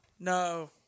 No